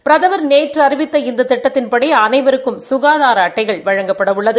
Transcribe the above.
பிரதமர் நேற்று அறிவித்த இந்த திட்டத்தின்படி அனைவருக்கும் சுகாதார அட்டைகள் வழங்கப்பட உள்ளது